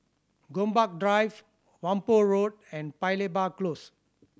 Gombak Drive Whampoa Road and Paya Lebar Close